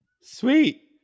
Sweet